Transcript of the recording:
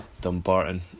Dumbarton